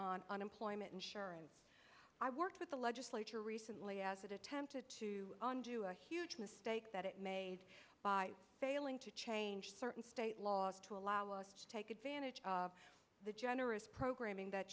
on unemployment insurance i worked with the legislature recently as it attempted to do a huge mistake that it made by failing to change certain state laws to allow us to take advantage of the generous programming that